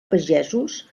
pagesos